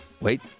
Wait